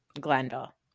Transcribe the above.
Glendale